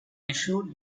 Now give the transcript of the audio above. issued